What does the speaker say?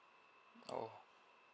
oh